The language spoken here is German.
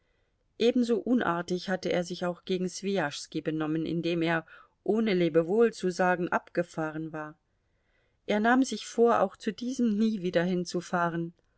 ebenso unartig hatte er sich auch gegen swijaschski benommen indem er ohne lebewohl zu sagen abgefahren war er nahm sich vor auch zu diesem nie wieder hinzufahren